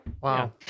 Wow